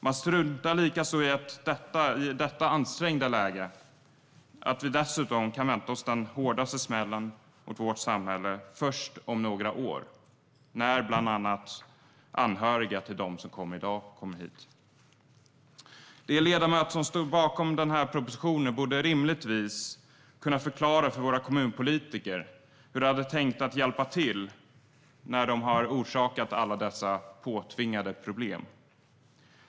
Man struntar likaså i att vi i detta ansträngda läge kan vänta oss den hårdaste smällen mot vårt samhälle först om några år, när bland annat anhöriga till dem som har kommit hit i dag kommer hit. De ledamöter som stod bakom propositionen borde rimligtvis kunna förklara för våra kommunpolitiker hur de har tänkt att hjälpa till när de har orsakat alla dessa påtvingade problem.